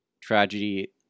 tragedy